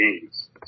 games